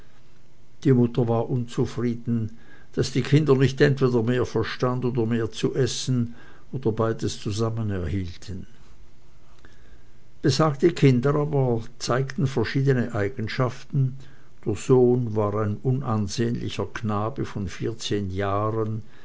die mutter war unzufrieden daß die kinder nicht entweder mehr verstand oder mehr zu essen oder beides zusammen erhielten besagte kinder aber zeigten verschiedene eigenschaften der sohn war ein unansehnlicher knabe von vierzehn jahren